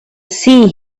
sea